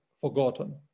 forgotten